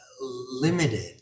limited